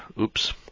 Oops